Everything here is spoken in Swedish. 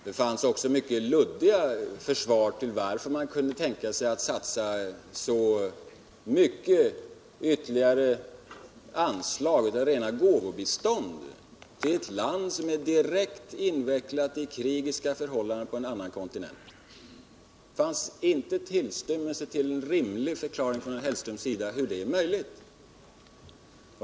Det anfördes också mycket luddiga argument till försvar för att man kunde tänka sig att satsa så mycket ytterligare anslag, ja, rena gåvobistånd till ett land som är direkt invecklat I krigiska förhållanden på en annan kontinent. Det fanns inte en tillstymmelse till rimlig förklaring från herr Hellström på hur det är möjligt.